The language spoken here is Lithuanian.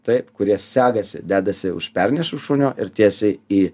taip kurie segasi dedasi už petnešų šunio ir tiesiai į